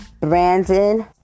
Brandon